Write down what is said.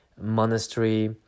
monastery